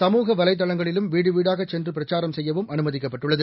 சமூக வலைதளங்களிலும் வீடுவீடாகச் சென்றும் பிரச்சாரம் செய்யவும் அனுமதிக்கப்பட்டுள்ளது